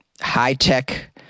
high-tech